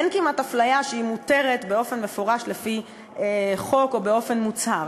אין כמעט הפליה שהיא מותרת באופן מפורש לפי חוק או באופן מוצהר.